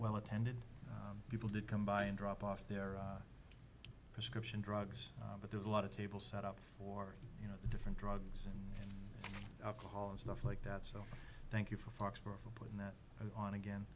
well attended people did come by and drop off their prescription drugs but there's a lot of tables set up for you know different drugs and alcohol and stuff like that so thank you for fox for putting that on again